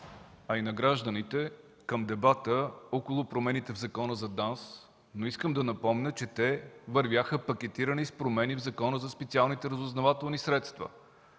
а и на гражданите към дебата около промените в Закона за ДАНС, но искам да напомня, че те вървяха пакетирани с промени в Закона за специалните разузнавателни средства